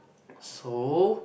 so